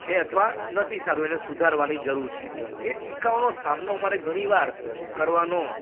છે અથવા નથી સારું એને સુધારવાની જરૂર છે તે ટીકાઓનો સામનો અમારે ઘણીવાર કરવાનો